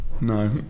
No